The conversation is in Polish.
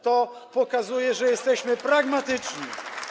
To pokazuje, że jesteśmy pragmatyczni.